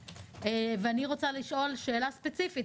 ואני רוצה לשאול שאלה ספציפית,